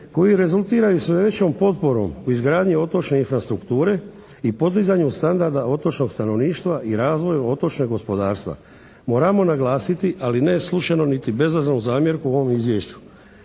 koji rezultiraju sve većom potporom u izgradnji otočne infrastrukture i podizanju standarda otočnog stanovništva i razvoju otočnog gospodarstva. Moramo naglasiti ali ne slučajno niti bezazlenu zamjerku u ovom Izvješću.